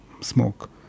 smoke